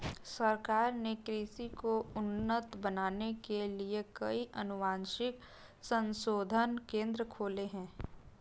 सरकार ने कृषि को उन्नत बनाने के लिए कई अनुवांशिक संशोधन केंद्र खोले हैं